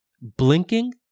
blinking